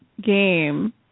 Game